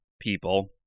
people